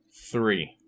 three